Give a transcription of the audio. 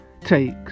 takes